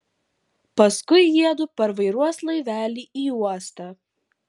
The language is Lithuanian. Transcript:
paskui jiedu parvairuos laivelį į uostą